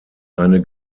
eine